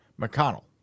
McConnell